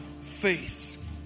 face